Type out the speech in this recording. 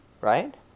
right